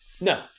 No